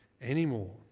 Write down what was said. anymore